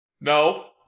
No